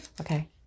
Okay